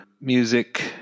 music